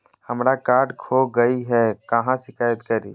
हमरा कार्ड खो गई है, कहाँ शिकायत करी?